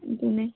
ꯑꯗꯨꯅꯦ